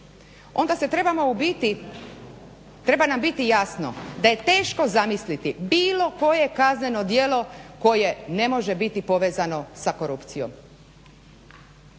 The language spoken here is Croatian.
u biti, treba nam biti jasno da je teško zamisliti bilo koje kazneno djelo koje ne može biti povezano sa korupcijom.